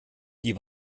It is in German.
die